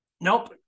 nope